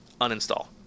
Uninstall